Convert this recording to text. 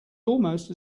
almost